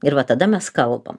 ir va tada mes kalbam